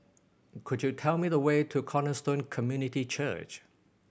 could you tell me the way to Cornerstone Community Church